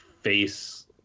face